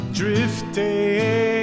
drifting